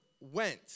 went